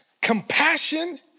compassion